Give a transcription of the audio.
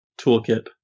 toolkit